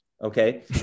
Okay